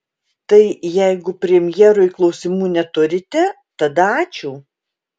tai jeigu premjerui klausimų neturite tada ačiū